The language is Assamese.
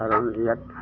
কাৰণ ইয়াত